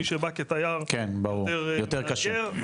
מי שבא כתייר זה יותר מאתגר,